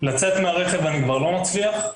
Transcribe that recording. לצאת מהרכב אני כבר לא מצליח,